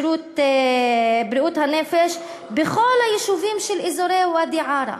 לבריאות הנפש בכל היישובים של אזורי ואדי-עארה,